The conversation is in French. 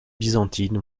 byzantine